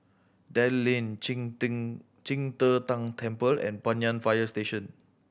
Dell Lane Qing Qing De Tang Temple and Banyan Fire Station